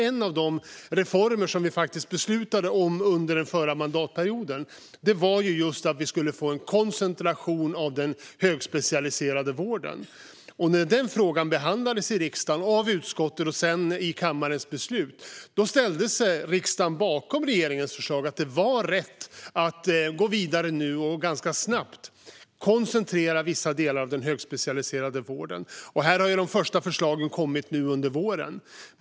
En av de reformer som vi faktiskt beslutade om under den förra mandatperioden var just att vi skulle få en koncentration av den högspecialiserade vården. När den frågan behandlades i riksdagen, av utskottet och sedan i kammaren, ställde sig riksdagen bakom regeringens förslag att det var rätt att gå vidare och ganska snabbt koncentrera vissa delar av den högspecialiserade vården. Här har de första förslagen kommit nu under våren.